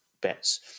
bets